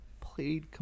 played